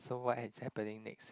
so what has happening next